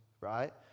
right